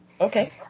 Okay